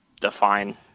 define